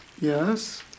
Yes